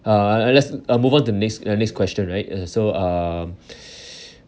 uh let's uh move on to next uh next question right uh so um